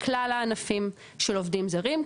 לכלל הענפים של עובדים זרים,